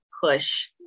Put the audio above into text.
push